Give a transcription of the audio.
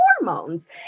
Hormones